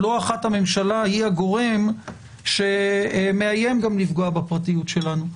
לא אחת הממשלה היא הגורם שמאיים גם לפגוע בפרטיות שלנו.